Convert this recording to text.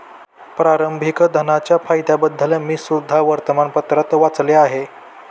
प्रारंभिक धनाच्या फायद्यांबद्दल मी सुद्धा वर्तमानपत्रात वाचले आहे